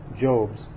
Job's